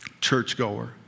churchgoer